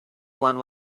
one